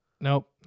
nope